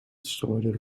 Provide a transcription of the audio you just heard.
strooide